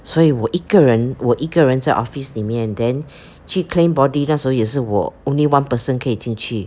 所以我一个人我一个人在 office 里面 then 去 claim body 那时候也是我 only one person 可以进去